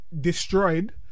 destroyed